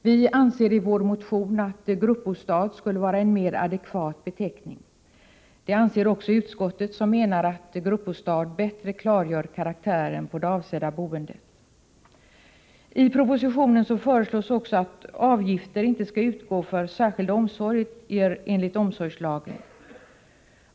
Vi anser i vår motion att gruppbostad skulle vara en mer adekvat beteckning. Det anser också utskottet, som menar att gruppbostad bättre klargör karaktären på det avsedda boendet. I propositionen föreslås att avgifter inte skall utgå för särskilda omsorger enligt omsorgslagen.